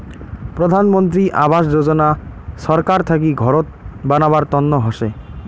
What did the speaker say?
প্রধান মন্ত্রী আবাস যোজনা ছরকার থাকি ঘরত বানাবার তন্ন হসে